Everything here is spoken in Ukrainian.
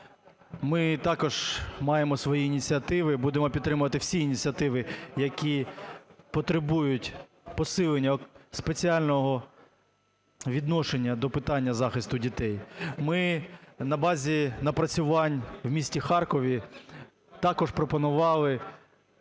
Ми також маємо свої ініціативи. Будемо підтримувати всі ініціативи, які потребують посилення, спеціального відношення до питання захисту дітей. Ми на базі напрацювань в місті Харкові також пропонували